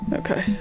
okay